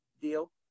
deal